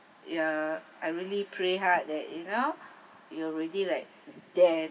ya I really pray hard that you know you already like there